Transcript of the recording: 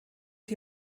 die